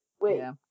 wait